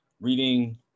reading